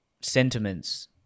sentiments